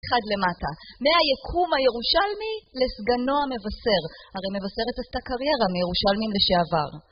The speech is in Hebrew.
אחד למטה. מהיקום הירושלמי לסגנו המבשר, הרי מבשרת עשתה קריירה מירושלמים לשעבר.